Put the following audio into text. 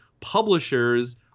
publishers